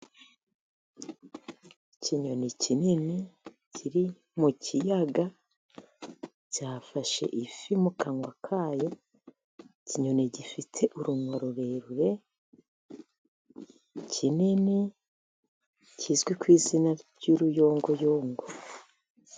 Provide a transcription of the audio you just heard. Ikinyoni kinini kiri mu kiyaga, cyafashe ifi mu kanwa kayo, ikinyoni gifite urunwa rurerure, kinini, kizwi ku izina ry'uruyongoyongo.